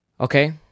Okay